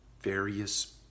various